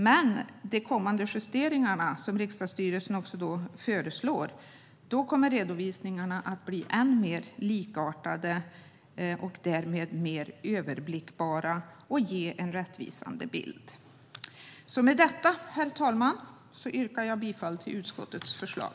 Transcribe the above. Men med de kommande justeringar som riksdagsstyrelsen förslår kommer redovisningarna att bli än mer likartade och därmed mer överblickbara och ge en rättvisande bild. Med detta, herr talman, yrkar jag bifall till utskottets förslag.